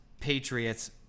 Patriots